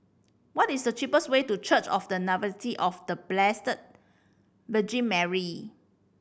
what is the cheapest way to Church of The Nativity of The Blessed Virgin Mary